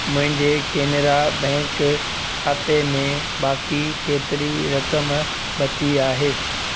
मुंहिंजे केनरा बैंक खाते में बाक़ी केतिरी रक़म बची आहे